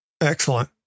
Excellent